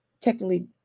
technically